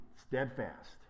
steadfast